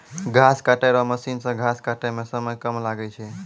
घास काटै रो मशीन से घास काटै मे समय कम लागै छै